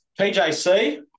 PJC